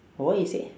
what you say